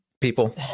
people